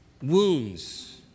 wounds